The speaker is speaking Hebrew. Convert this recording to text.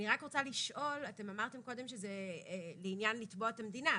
אני רק רוצה לשאול אמרתם קודם שזה לעניין לתבוע את המדינה,